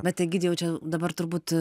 bet egidijau čia dabar turbūt